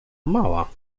mała